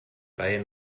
reihe